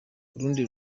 rundi